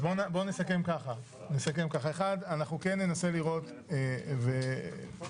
אז בואו נסכם ככה: 1. אנחנו ננסה לראות ולעשות